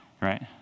right